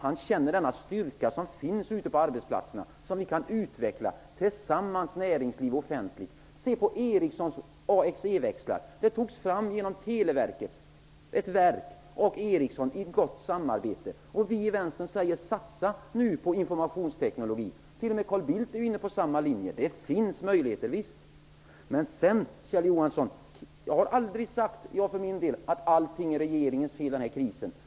Han känner den styrka som finns ute på arbetsplatserna och som vi kan utveckla, näringslivet och det offentliga tillsammans. Se på Ericssons AXE-växlar! De togs fram av Televerket och Ericsson i gott samarbete. Vi inom vänstern säger nu: Satsa på informationsteknologi! T.o.m. Carl Bildt är ju inne på samma linje. Visst finns det möjligheter. Kjell Johansson, jag har aldrig sagt att den här krisen bara är regeringens fel.